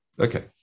Okay